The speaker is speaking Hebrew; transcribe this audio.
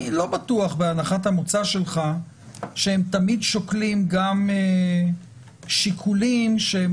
אני לא בטוח בהנחת המוצא שלך שהם תמיד שוקלים גם שיקולים שהם